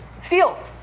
steal